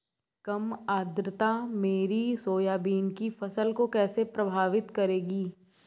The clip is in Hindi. कम आर्द्रता मेरी सोयाबीन की फसल को कैसे प्रभावित करेगी?